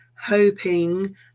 hoping